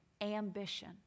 ambition